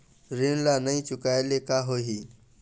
ऋण ला नई चुकाए ले का होही?